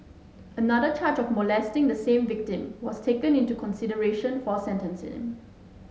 another charge of molesting the same victim was taken into consideration for sentencing